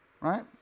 right